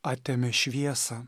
atėmė šviesą